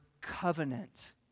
covenant